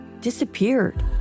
disappeared